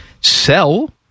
sell